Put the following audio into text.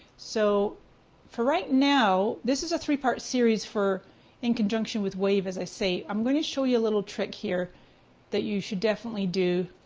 so for right now, this is a three part series in conjunction with wave as i say. i'm gonna show you a little trick here that you should definitely do.